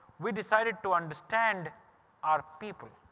we decided to understand our people.